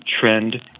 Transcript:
trend